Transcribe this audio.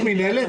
יש מנהלת?